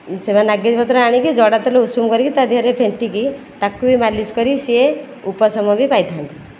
ସେମାନେ ନାଗେରୀ ପତ୍ର ଆଣିକି ଜଡ଼ା ତେଲ ଉଷୁମ କରିକି ତା ଦିହରେ ଫେଣ୍ଟିକି ତାକୁ ବି ମାଲିସି କରି ସିଏ ଉପଶମ ବି ପାଇଥା'ନ୍ତି